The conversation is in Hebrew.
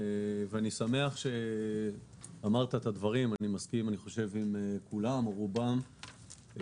אני שמח שאמרת דברים שאני מסכים עם כולם או רובם.